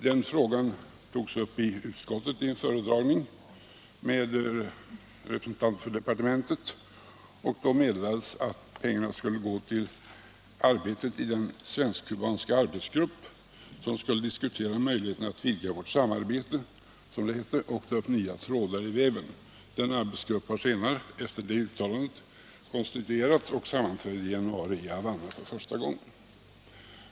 Den frågan togs upp i utskottet i en föredragning med representanter för departementet, och då meddelades att pengarna skulle gå till arbetet i den svensk-kubanska arbetsgrupp som skulle diskutera möjligheterna att vidga vårt samarbete och, som det hette, dra upp nya trådar i väven. Denna arbetsgrupp har efter detta uttalande konstituterats och sammanträdde första gången i Havanna i januari.